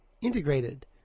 integrated